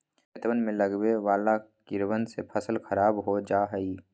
खेतवन में लगवे वाला कीड़वन से फसल खराब हो जाहई